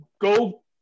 go